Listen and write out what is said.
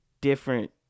different